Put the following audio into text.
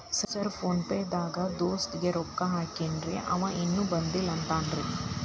Sir PhonePe ದಾಗ ದೋಸ್ತ್ ಗೆ ರೊಕ್ಕಾ ಹಾಕೇನ್ರಿ ಅಂವ ಇನ್ನು ಬಂದಿಲ್ಲಾ ಅಂತಾನ್ರೇ?